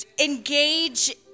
Engage